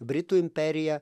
britų imperija